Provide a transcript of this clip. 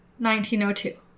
1902